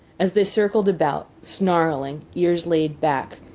as they circled about, snarling, ears laid back,